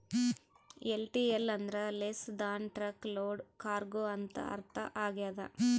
LTL ಅಂದ್ರ less than truck load cargo ಅಂತ ಅರ್ಥ ಆಗ್ಯದ